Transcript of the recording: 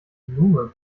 blume